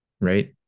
right